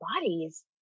bodies